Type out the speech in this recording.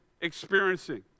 experiencing